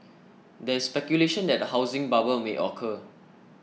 there is speculation that a housing bubble may occur